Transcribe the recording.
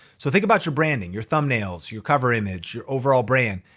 so think about your branding, your thumbnails, your cover image, your overall brand,